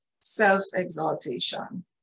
self-exaltation